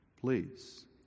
Please